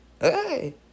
Hey